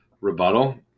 rebuttal